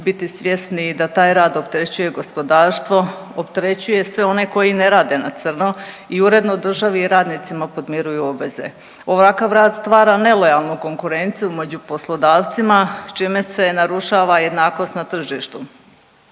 biti svjesni da taj rad opterećuje gospodarstvo, opterećuje sve one koji ne rade na crno i uredno državi i radnicima podmiruju obveze. Ovakav rad stvara nelojalnu konkurenciju među poslodavcima, s čime se narušava jednakost na tržištu.